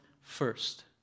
first